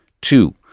Two